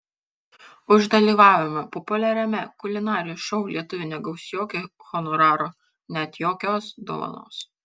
už dalyvavimą populiariame kulinarijos šou lietuvė negaus jokio honoraro net jokios dovanos